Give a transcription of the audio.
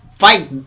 Fight